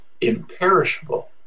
imperishable